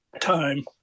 time